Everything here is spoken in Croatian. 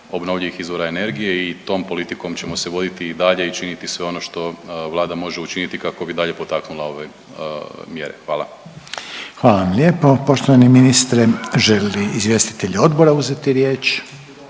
obnovljivih izvora energije i tom politikom ćemo se voditi i dalje i činiti sve ono što Vlada može učiniti kako bi dalje potaknula ove mjere, hvala. **Reiner, Željko (HDZ)** Hvala vam lijepo poštovani ministre. Žele li izvjestitelji odbora uzeti riječ?